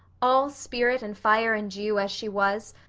all spirit and fire and dew, as she was,